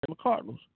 Cardinals